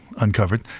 uncovered